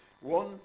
One